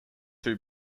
two